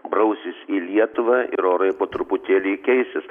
brausis į lietuvą ir orai po truputėlį keisis